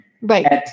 Right